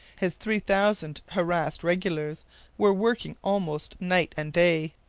his three thousand harassed regulars were working almost night and day.